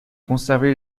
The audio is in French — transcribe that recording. conserver